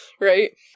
right